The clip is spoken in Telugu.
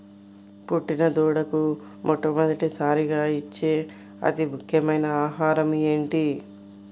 పుట్టిన దూడకు మొట్టమొదటిసారిగా ఇచ్చే అతి ముఖ్యమైన ఆహారము ఏంటి?